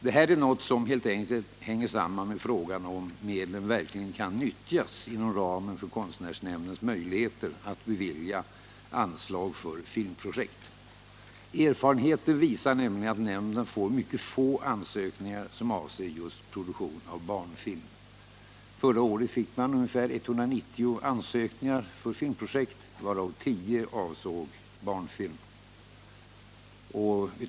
Det här är något som helt enkelt hänger samman med frågan om medlen verkligen kan nyttjas inom ramen för konstnärsnämndens möjligheter att bevilja anslag för filmprojekt. Erfarenheter visar nämligen att nämnden får mycket få ansökningar som avser just produktion av barnfilm. Förra året fick man ungefär 190 ansökningar för filmprojekt, varav 10 avsåg barnfilm.